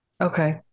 Okay